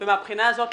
ומן הבחינה הזאת,